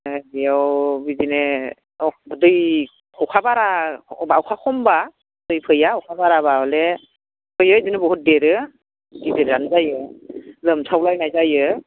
बेयाव बिदिनो दै अखा बारा बा अखा खमब्ला दै फैया अखा बाराब्ला हले फैयो बिदिनो बुहुद देरो गिदिरानो जायो लोमसावलायनाय जायो